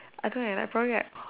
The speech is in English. I don't know I was probably like